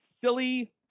silly